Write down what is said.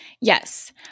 Yes